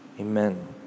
Amen